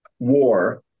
war